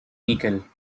níquel